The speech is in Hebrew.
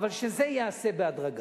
אבל שזה ייעשה בהדרגה.